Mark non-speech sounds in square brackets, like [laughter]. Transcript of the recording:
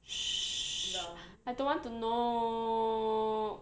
[noise] I don't want to know